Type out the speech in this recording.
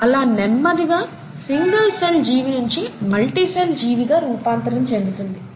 అలా నెమ్మదిగా single cell జీవి నించి మల్టీ సెల్ జీవిగా రూపాంతరం చెందుతుంది